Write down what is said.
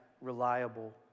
reliable